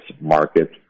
market